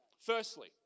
Firstly